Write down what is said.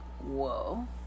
whoa